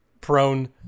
prone